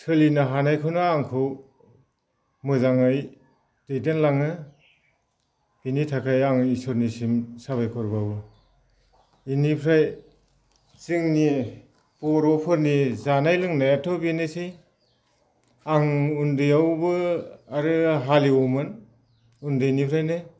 सोलिनो हानायखौनो आंखौ मोजाङै दैदेनलाङो बिनि थाखाय आं इसोरनिसिम साबायखर बावो इनिफ्राय जोंनि बर'फोरनि जानाय लोंनायाथ' बेनोसै आं उन्दैयावबो आरो हालएवोमोन उन्दैनिफ्रायनो